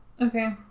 Okay